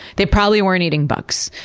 they probably weren't eating bugs.